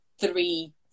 three